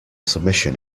submission